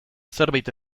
zerbait